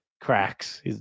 cracks